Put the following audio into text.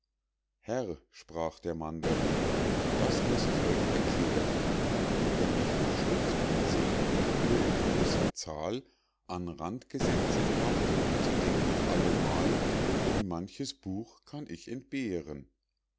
herr sprach der mandarin das muß ich euch erklären wenn ich die schriften seh die ihr in großer zahl an rand gesetzet habt so denk ich alle mal wie manches buch kann ich entbehren